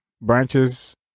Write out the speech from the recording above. Branches